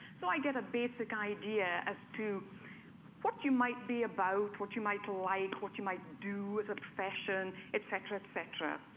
so i get a basic idea as to what you might be about, what you might like, what you might do as a profession, etc, etc.